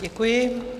Děkuji.